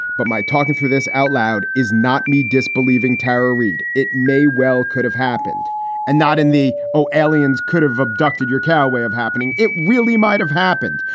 but my talking through this outloud is not me disbelieving terror read. it may well could have happened and not in the oh, aliens could have abducted your cow. way of happening. it really might have happened.